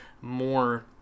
more